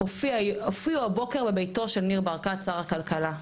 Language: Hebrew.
שהופיעו הבוקר בביתו של ניר ברקת שר הכלכלה,